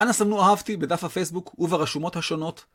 אנא סמנו אהבתי בדף הפייסבוק וברשומות השונות.